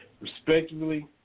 respectively